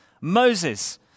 Moses